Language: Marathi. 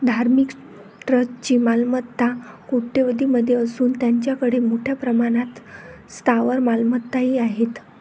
धार्मिक ट्रस्टची मालमत्ता कोट्यवधीं मध्ये असून त्यांच्याकडे मोठ्या प्रमाणात स्थावर मालमत्ताही आहेत